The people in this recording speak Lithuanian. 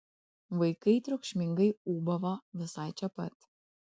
vaikai triukšmingai ūbavo visai čia pat